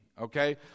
Okay